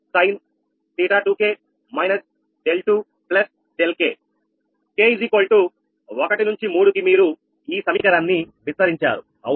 k 1 to 3 కి మీరు ఈ సమీకరణాన్ని విస్తరించారు అవునా